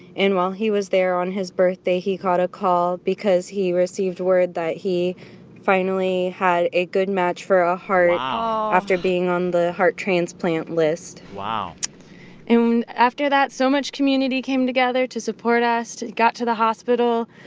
and while he was there on his birthday, he got a call because he received word that he finally had a good match for ah a ah after being on the heart transplant list wow and after that, so much community came together to support us, got to the hospital.